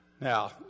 Now